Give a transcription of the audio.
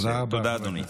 תודה, אדוני.